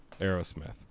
Aerosmith